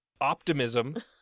optimism